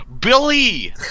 Billy